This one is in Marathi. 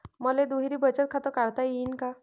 मले दुहेरी बचत खातं काढता येईन का?